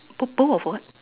bowl bowl of what